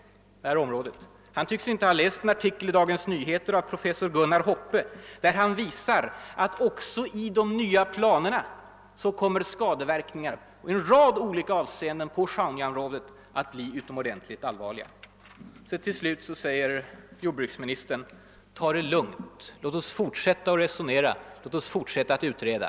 Han tycks inte ha läst en artikel i Dagens Nyheter i augusti av professor Gunnar Hoppe, där han visar att också i de nya planerna kommer skadeverkningarna på Sjaunjaområdet i en rad olika avseenden att bli utomordentligt allvarliga. Till slut sade jordbruksministern: Ta det lugnt, låt oss fortsätta att resonera, låt oss fortsätta att utreda.